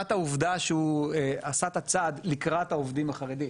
העובדה שהוא עשה את הצעד לקראת העובדים החרדים.